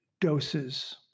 doses